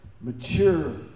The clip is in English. mature